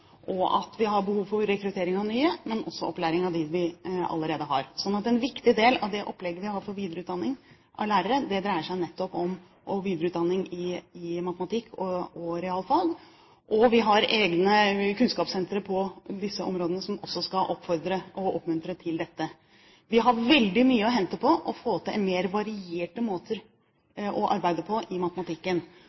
Vi har behov for rekruttering av nye, men også opplæring av dem vi allerede har. Så en viktig del av det opplegget vi har for videreutdanning av lærere, dreier seg nettopp om videreutdanning i matematikk og realfag, og vi har egne kunnskapssentre på disse områdene som også skal oppfordre og oppmuntre til dette. Vi har veldig mye å hente på å få til mer varierte måter å arbeide på i matematikken.